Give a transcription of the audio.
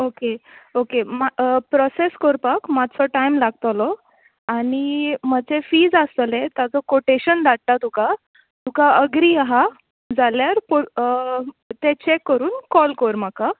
okay okay म्हाका process कोरपाक मातसो टायम लागतलो आनी म्हजे फिज आसतले ताचो कोटेसन धाडटा तुका तुका अग्री आसा जाल्यार तें चेक करून कोल कर म्हाका